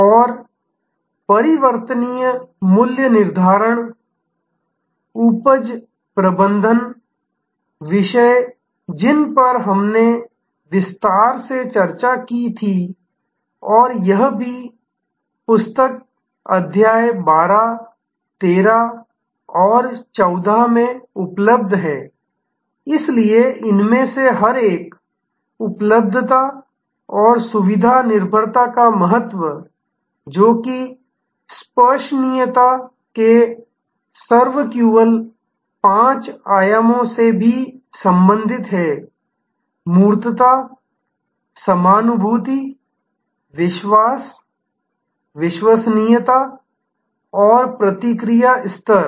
और परिवर्तनीय मूल्य निर्धारण उपज प्रबंधन विषय जिन पर हमने विस्तार से चर्चा की थी और यह भी पुस्तक अध्याय 12 13 और 14 में उपलब्ध है इसलिए इनमें से हर एक उपलब्धता और सुविधा निर्भरता का महत्व जो कि स्पर्शनीयता के SERVQUAL पांच आयामों से भी संबंधित है मूर्तता टेंजिबल समानुभूति विश्वास विश्वसनीयता और प्रतिक्रिया स्तर